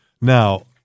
now